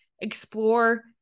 explore